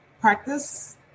practice